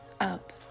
up